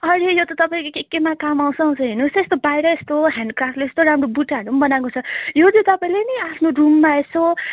अरे यो त तपाईँको के केमा काम आउँछ आउँछ हेर्नुहोस् त यस्तो बाहिर यस्तो हेन्डक्राफ्टले यस्तो राम्रो बुट्टाहरू पनि बनाएको छ यो चाहिँ तपाईँले नि आफ्नो रुममा यसो